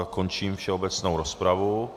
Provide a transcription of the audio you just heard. Končím všeobecnou rozpravu.